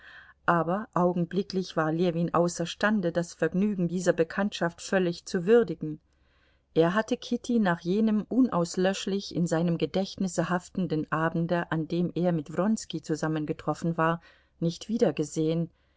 aber augenblicklich war ljewin außerstande das vergnügen dieser bekanntschaft völlig zu würdigen er hatte kitty nach jenem unauslöschlich in seinem gedächtnisse haftenden abende an dem er mit wronski zusammengetroffen war nicht wiedergesehen